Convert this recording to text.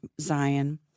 Zion